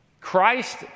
Christ